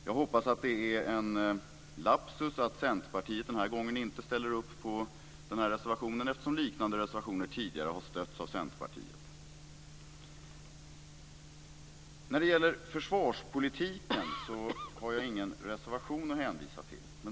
Jag hoppas att det är en lapsus att Centerpartiet den här gången inte ställer upp på reservationen. Liknande reservationer har ju tidigare stötts av Centerpartiet. När det gäller försvarspolitiken har jag ingen reservation att hänvisa till.